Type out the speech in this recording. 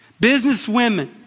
businesswomen